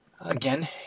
Again